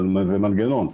אבל במנגנון,